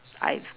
I've